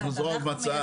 אנחנו זרוע מבצעת,